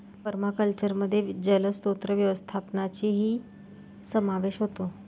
पर्माकल्चरमध्ये जलस्रोत व्यवस्थापनाचाही समावेश होतो